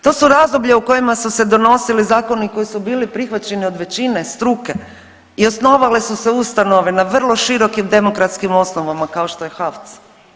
To su razdoblja u kojima su se donosili zakoni koji su bili prihvaćeni od većine struke i osnovale su se ustanove na vrlo širokim demokratskim osnovama kao što je HAVC.